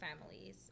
families